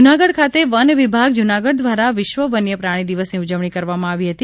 જુનાગઢ ખાતે વન વિભાગ જુનાગઢ દ્વારા વિશ્વ વન્યપ્રાણી દિવસની ઉજવણી કરવામાં આવી હતી